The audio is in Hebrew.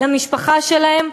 למשפחה שלהם,